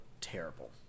terrible